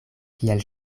kiel